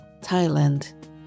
Thailand